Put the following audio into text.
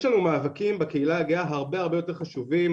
יש בקהילה הגאה מאבקים הרבה יותר חשובים